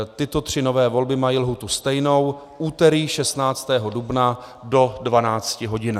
Tyto tři nové volby mají lhůtu stejnou úterý 16. dubna do 12 hodin.